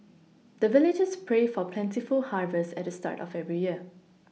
the villagers pray for plentiful harvest at the start of every year